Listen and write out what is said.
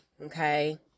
okay